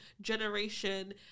generation